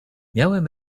miałem